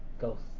ghost